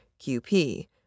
QP